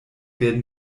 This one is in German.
werden